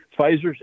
Pfizer's